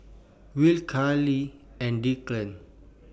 Will Charlene and Declan